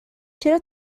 چرا